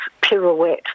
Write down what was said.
pirouette